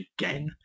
again